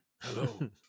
Hello